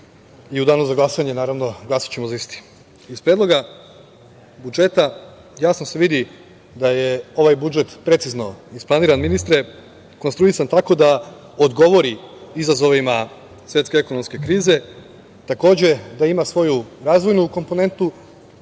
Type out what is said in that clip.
i u danu za glasanje, naravno, glasaćemo za isti. Iz predloga budžeta jasno se vidi da je ovaj budžet precizno isplaniran, ministre, konstruisan tako da odgovori izazovima svetske ekonomske krize, takođe, ima svoju razvojnu komponentu,